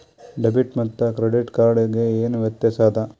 Debit ಮತ್ತ credit card ಗೆ ಏನ ವ್ಯತ್ಯಾಸ ಆದ?